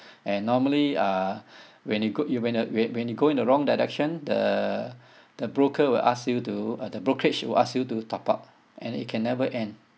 and normally uh when you go you when uh when when you go in the wrong direction the the broker will ask you to uh the brokerage will ask you to top up and it can never end